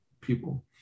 people